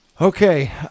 okay